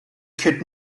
could